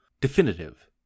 definitive